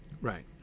Right